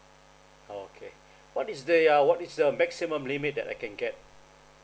okay what is the ya what is the maximum limit that I can get